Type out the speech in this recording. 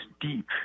deep